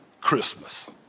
Christmas